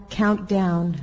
countdown